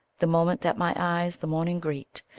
the moment that my eyes the morning greet,